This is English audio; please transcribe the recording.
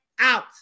out